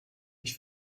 mich